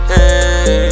Hey